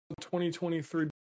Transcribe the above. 2023